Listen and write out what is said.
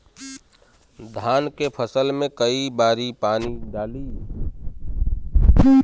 धान के फसल मे कई बारी पानी डाली?